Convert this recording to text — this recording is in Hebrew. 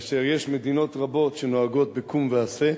כאשר יש מדינות רבות שנוהגות ב"קום ועשה"